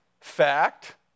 fact